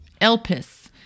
Elpis